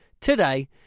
today